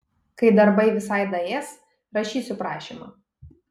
kai darbai visai daės rašysiu prašymą